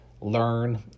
learn